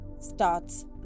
starts